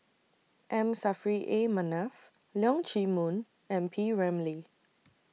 M Saffri A Manaf Leong Chee Mun and P Ramlee